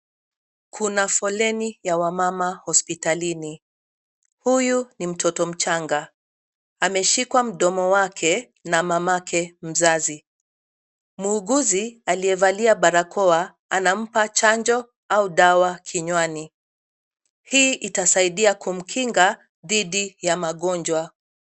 Kuna foleni ya wamama hospitalini. Huyu ni mtoto mchanga, ameshikwa mdomo wake na mamake mzazi. Muuguzi aliyevalia barakoa anampa chanjo au dawa kinywani. Hii itasaidia kumkinga dhidi ya mangonjwa.